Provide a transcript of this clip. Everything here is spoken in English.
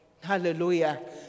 Hallelujah